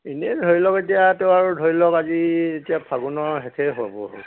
এনেই ধৰি লওক এতিয়াতো আৰু ধৰি লওক আজি এতিয়া ফাগুনৰ শেষেই হ'বৰ হ'ল